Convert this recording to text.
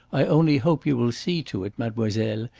i only hope you will see to it, mademoiselle,